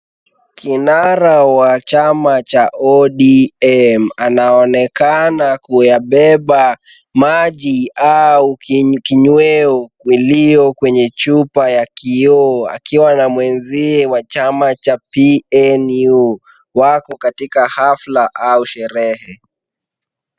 Kinara wa chama cha ODM anaonekana kuyabeba maji au kinyweo iliyo kwenye chupa ya kioo akiwa na mwenziwe wa chama cha PNU. Wako katika hafla au sherehe.